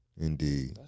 Indeed